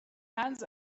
hands